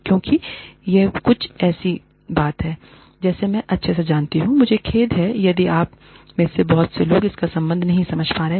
क्योंकि यह कुछ ऐसी बात है जो मै अच्छेसे जानती हूँ lमुझे खेद है यदि आप में से बहुत से लोग इसका संबंध नहीं समझ पा रहे हैं